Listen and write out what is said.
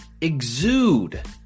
exude